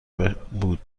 بود